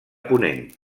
ponent